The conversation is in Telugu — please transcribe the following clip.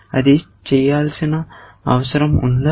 అది చేయాల్సిన అవసరం ఉందా